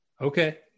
Okay